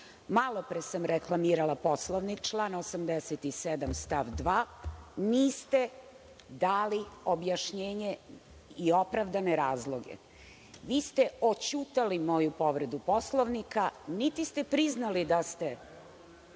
pre sam reklamirala Poslovnik, član 87. stav 2, niste dali objašnjenje i opravdane razloge. Vi ste odćutali moju povredu Poslovnika, niti ste priznali da ste